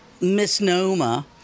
misnomer